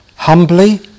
Humbly